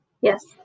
Yes